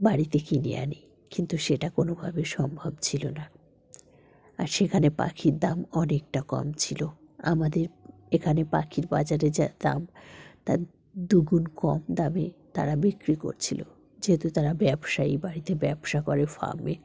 বাড়িতে কিনে আনি কিন্তু সেটা কোনোভাবে সম্ভব ছিল না আর সেখানে পাখির দাম অনেকটা কম ছিলো আমাদের এখানে পাখির বাজারে যা দাম তার দুগুণ কম দামে তারা বিক্রি করছিলো যেহেতু তারা ব্যবসায়ী বাড়িতে ব্যবসা করে ফার্মে